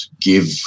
give